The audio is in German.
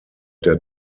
der